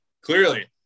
clearly